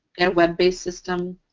and web-based system.